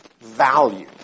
value